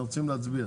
אנחנו רוצים להצביע.